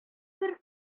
бер